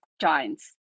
giants